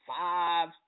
five